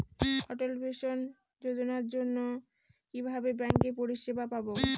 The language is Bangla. অটল পেনশন যোজনার জন্য কিভাবে ব্যাঙ্কে পরিষেবা পাবো?